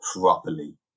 properly